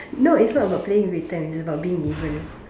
no it's not about playing return it's about being evil